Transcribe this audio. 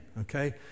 okay